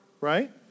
right